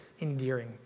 endearing